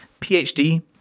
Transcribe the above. PhD